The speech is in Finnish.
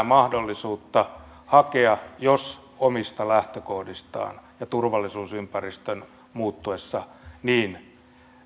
mahdollisuutta hakea jos omista lähtökohdistaan ja turvallisuusympäristön muuttuessa niin